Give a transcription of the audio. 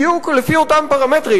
בדיוק לפי אותם פרמטרים,